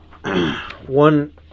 One